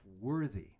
worthy